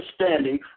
understanding